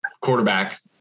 quarterback